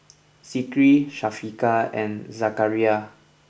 Zikri Syafiqah and Zakaria